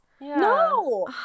No